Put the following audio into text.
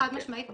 חד משמעית,